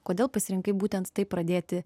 kodėl pasirinkai būtent taip pradėti